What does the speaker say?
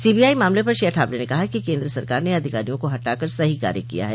CBI मामले पर श्री अठावले ने कहा कि केन्द्र सरकार ने अधिकारियों को हटा कर सही कार्य किया है